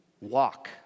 walk